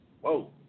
Whoa